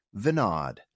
Vinod